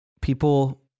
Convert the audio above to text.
people